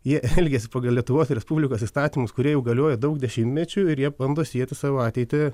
jie elgiasi pagal lietuvos respublikos įstatymus kurie jau galioja daug dešimtmečių ir jie bando sieti savo ateitį